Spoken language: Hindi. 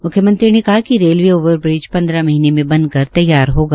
म्ख्यमंत्री ने कहा कि रेलवे ओवर ब्रिज पंद्रह महीने में बन कर तैयार होगा